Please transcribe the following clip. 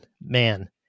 man